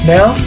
Now